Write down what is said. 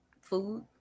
food